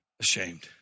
ashamed